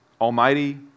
Almighty